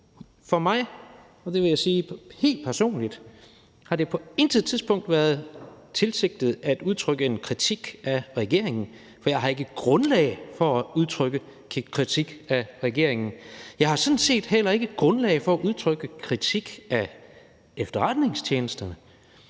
For mig – og det vil jeg sige helt personligt – har det på intet tidspunkt været tilsigtet at udtrykke en kritik af regeringen, for jeg har ikke grundlag for at udtrykke kritik af regeringen. Jeg har sådan set heller ikke grundlag for at udtrykke kritik af efterretningstjenesterne,